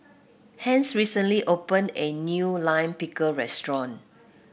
Hence recently opened a new Lime Pickle restaurant